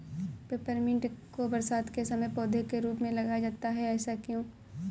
Peppermint को बरसात के समय पौधे के रूप में लगाया जाता है ऐसा क्यो?